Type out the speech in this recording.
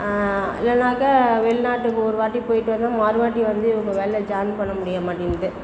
இல்லைன்னாக்கா வெளிநாட்டுக்கு ஒருவாட்டி போய்ட்டு வந்து மறுவாட்டி வந்து இவங்க வேலையில் ஜாயின் பண்ண முடிய மாட்டேங்கிறது